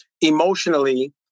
emotionally